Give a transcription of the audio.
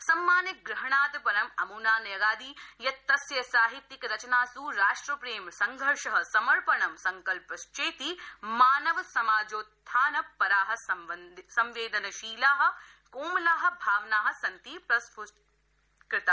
सम्मान ग्रहणात परं अमुना न्यगादि यत् तस्य साहित्यिक रचनासु राष्ट्रप्रेम संघर्ष समर्पणम् संकल्पश्चेति मानव समाजोत्थानपरा संवेदनशीला कोमला भावना सन्ति प्रस्फुटीकता